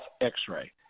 X-Ray